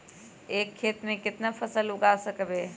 एक खेत मे केतना फसल उगाय सकबै?